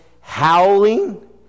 howling